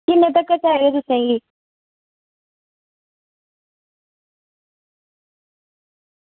किन्ने तकर चाहिदे तुसेंगी